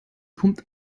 pumpt